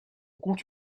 compte